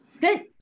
Good